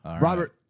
Robert